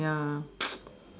ya